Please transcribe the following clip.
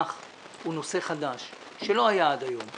הוא נושא חדש שלא היה עד היום.